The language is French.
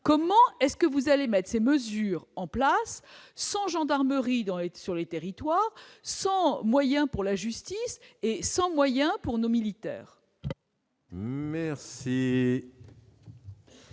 comment est-ce que vous allez mettre ces mesures en place sans gendarmerie dans l'aide sur les territoires sans moyens pour la justice et sans moyens pour nos militaires. Merci.